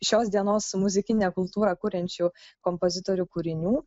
šios dienos muzikinę kultūrą kuriančių kompozitorių kūrinių